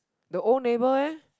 the old neighbor eh